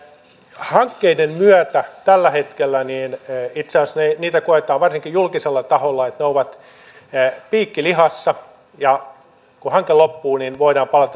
hankkeiden myötä tällä hetkellä itse asiassa koetaan varsinkin julkisella taholla että ne ovat piikki lihassa ja kun hanke loppuu niin voidaan palata siihen entiseen työskentelytapaan